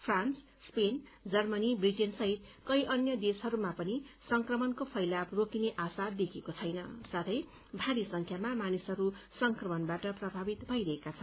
France Spain Germany Britain सहित कैवौं अन्य देशहरूमा पनि संक्रमणको फैलाव रोकिने आसार देखिएको छैन साथै भारी संख्यामा मानिसहरू संक्रणमबाट प्रभावित भइरहेका छन्